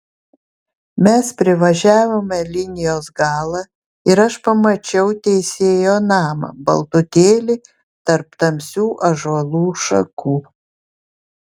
mes privažiavome linijos galą ir aš pamačiau teisėjo namą baltutėlį tarp tamsių ąžuolų šakų